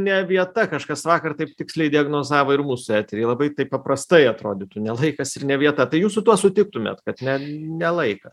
ne vieta kažkas vakar taip tiksliai diagnozavo ir mūsų eteryje labai taip paprastai atrodytų ne laikas ir ne vieta tai jūs su tuo sutiktumėt kad ne ne laikas